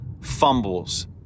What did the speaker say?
fumbles